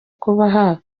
kubaha